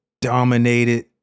dominated